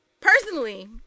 personally